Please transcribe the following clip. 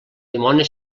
dimoni